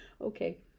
Okay